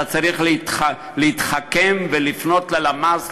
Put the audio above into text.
אתה צריך להתחכם ולפנות ללמ"ס,